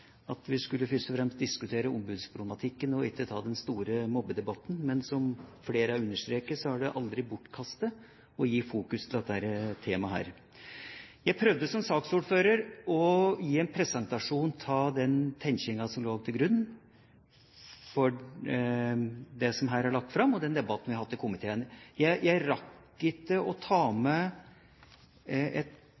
og fremst skulle diskutere ombudsproblematikken og ikke ta den store mobbedebatten. Men som flere har understreket, er det aldri bortkastet å fokusere på det temaet. Jeg prøvde som saksordfører å gi en presentasjon av den tenkinga som lå til grunn for det som er lagt fram her, og den debatten vi har hatt i komiteen. Jeg rakk ikke å ta